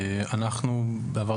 בעבר,